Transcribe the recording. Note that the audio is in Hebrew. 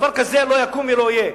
שדבר כזה לא יקום ולא יהיה.